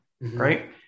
Right